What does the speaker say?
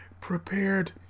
prepared